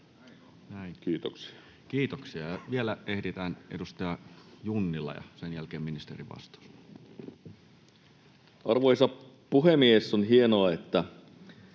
Kiitoksia. Kiitoksia. — Ja vielä ehditään edustaja Junnila, ja sen jälkeen ministerin vastaus. Arvoisa puhemies! On hienoa, että